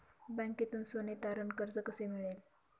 बँकेतून सोने तारण कर्ज कसे मिळेल?